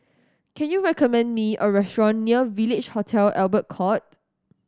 can you recommend me a restaurant near Village Hotel Albert Court